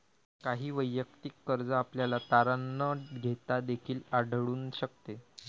काही वैयक्तिक कर्ज आपल्याला तारण न घेता देखील आढळून शकते